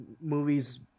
movies